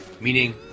meaning